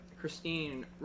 Christine